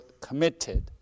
committed